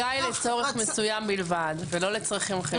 ההשגה היא לצורך מסוים בלבד ולא לצרכים אחרים.